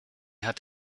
hat